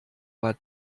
war